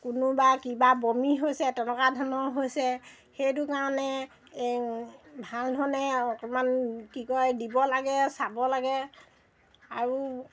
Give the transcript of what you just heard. কোনোবা কিবা বমি হৈছে তেনেকুৱা ধৰণৰ হৈছে সেইটো কাৰণে এই ভালধৰণে অকণমান কি কয় দিব লাগে চাব লাগে আৰু